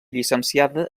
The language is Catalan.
llicenciada